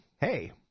hey